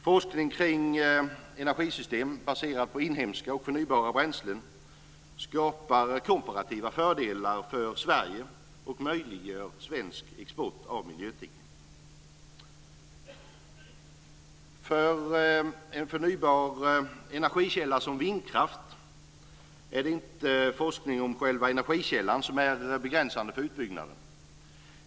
Forskning kring energisystem baserat på inhemska och förnybara bränslen skapar komparativa fördelar för Sverige och möjliggör svensk export av miljöteknik. För en förnybar energikälla som vindkraft är det inte forskning om själva energikällan som är begränsande för utbyggnaden.